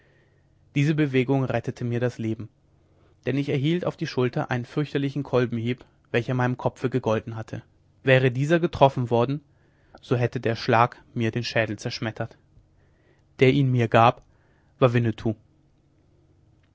diese bewegung rettete mir das leben denn ich erhielt auf die schulter einen fürchterlichen kolbenhieb welcher meinem kopfe gegolten hatte wäre dieser getroffen worden so hätte der schlag mir den schädel zerschmettert der mir ihn gab war winnetou